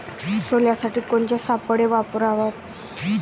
सोल्यासाठी कोनचे सापळे वापराव?